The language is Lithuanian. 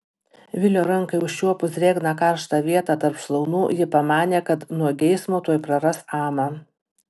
vilio rankai užčiuopus drėgną karštą vietą tarp šlaunų ji pamanė kad nuo geismo tuoj praras amą